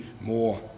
more